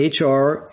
HR